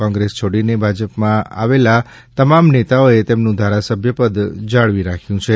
કોંગ્રેસ છોડીને ભાજપમાં આવેલા તમામ નેતાઓએ તેમનું ધારાસભ્યપદ જાળવી રાખ્યું છે